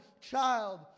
child